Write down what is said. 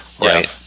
Right